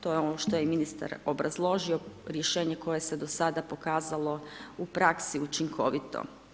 To je ono što je ministar obrazložio, rješenje koje se do sada pokazalo u praksi učinkovito.